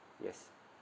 yes